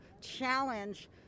challenge